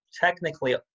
technically